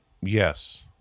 Yes